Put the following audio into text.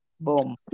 Boom